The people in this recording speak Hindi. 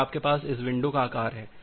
फिर आपके पास इस विंडो का आकार है